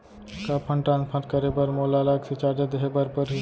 का fund transfer करे बर मोला अलग से चार्ज देहे बर परही?